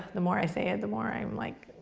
the more i say it the more i'm like,